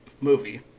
movie